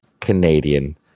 Canadian